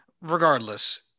Regardless